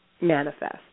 manifest